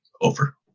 Over